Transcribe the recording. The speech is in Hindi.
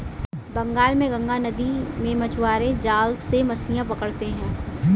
बंगाल में गंगा नदी में मछुआरे जाल से मछलियां पकड़ते हैं